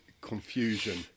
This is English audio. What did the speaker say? confusion